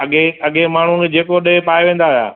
अॻे अॻे माण्हूअ खे जेको ॾे पाए वेंदा हा